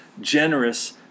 generous